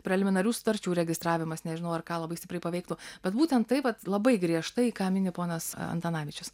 preliminarių sutarčių registravimas nežinau ar ką labai stipriai paveiktų bet būtent taip labai griežtai ką mini ponas antanavičius